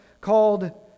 called